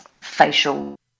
facial